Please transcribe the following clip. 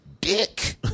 dick